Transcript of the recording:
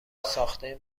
ساخته